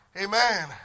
Amen